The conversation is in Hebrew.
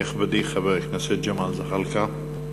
נכבדי חבר הכנסת ג'מאל זחאלקה.